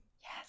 Yes